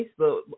Facebook